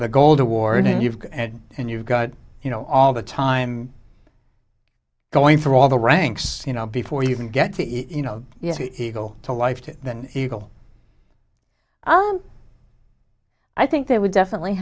the gold award and you've got and you've got you know all the time going through all the ranks you know before you can get to you know yes he go to life to eagle i think they would definitely